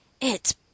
It's